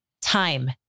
time